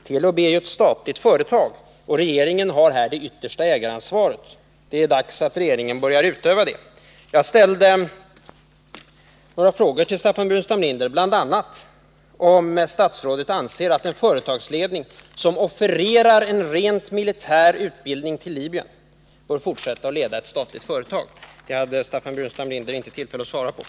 Telub är ju ett statligt företag, och regeringen har det yttersta ägaransvaret. Det är dags att regeringen börjar utöva det. Jag ställde några frågor till Staffan Burenstam Linder. Bl. a. frågade jag om statsrådet anser att en företagsledning som offererar en rent militär utbildning till Libyen bör fortsätta att leda ett statligt företag. Staffan Burenstam Linder svarade inte på den frågan.